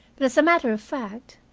but, as a matter of fact,